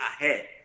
ahead